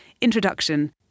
introduction